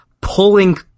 pulling